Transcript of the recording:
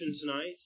tonight